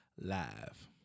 live